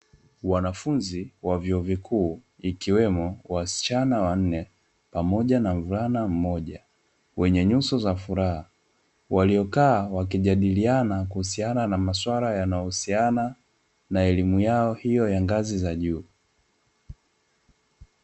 Wanafunzi wa vyuo vikuu, ikiwemo wasichana wanne pamoja na mvulana mmoja wenye nyuso za furaha, waliokaa wakijadiliana kuhusiana na maswala yanayohusiana na elimu yao hiyo ya ngazi za juu.